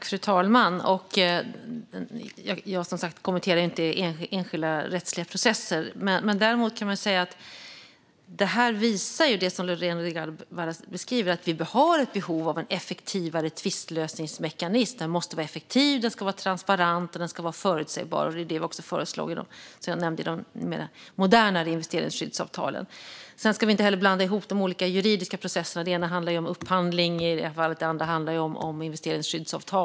Fru talman! Jag kommenterar som sagt inte enskilda rättsliga processer. Däremot kan man säga att det här visar det som Lorena Delgado Varas beskriver: Vi har ett behov av en effektivare tvistlösningsmekanism. Den måste vara effektiv, transparent och förutsägbar. Det är också det vi föreslog i de modernare investeringsskyddsavtalen, som jag nämnde. Vi ska inte heller blanda ihop de olika juridiska processerna. Den ena handlar om upphandling, och den andra handlar om investeringsskyddsavtal.